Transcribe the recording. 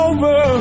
Over